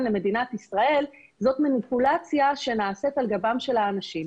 למדינת ישראל זאת מניפולציה שנעשית על גבם של אנשים.